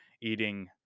eating